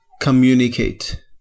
Communicate